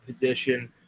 position